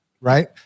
Right